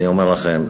אני אומר לכם,